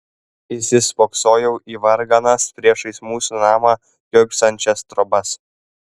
įsispoksojau į varganas priešais mūsų namą kiurksančias trobas